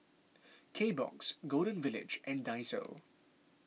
Kbox Golden Village and Daiso